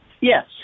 Yes